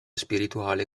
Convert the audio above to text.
spirituale